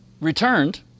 returned